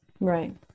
right